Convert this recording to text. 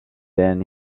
then